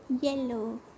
yellow